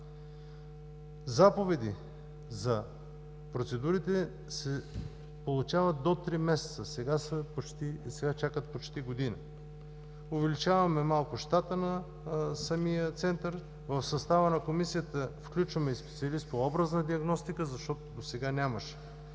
Заповеди за процедурите се получават до три месеца, а сега чакат почти година. Увеличаваме малко щата на самия център. В състава на Комисията включваме и специалист по образна диагностика, защото досега нямаше.